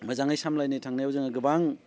मोजाङै सामलायनो थांनायाव जोङो गोबां